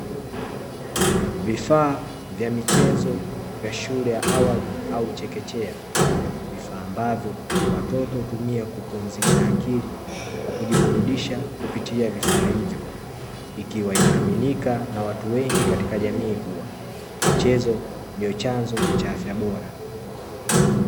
Vifaa vya michezo vya shule ya awali au chekechea, vifaa ambavyo watoto hutumia katika kupumzisha akili kwa kujiburudisha kupitia vifaa hivyo, ikiwa inaaminika na wanajamii wengi kuwa michezo ni chanzo cha afya bora.